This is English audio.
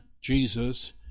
Jesus